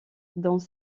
dans